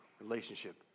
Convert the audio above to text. relationship